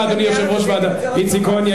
איציק כהן,